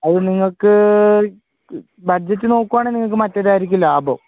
അത് നിങ്ങൾക്ക് ബഡ്ജറ്റ് നോക്കുകയാണെങ്കിൽ നിങ്ങൾക്ക് മറ്റേത് ആയിരിക്കും ലാഭം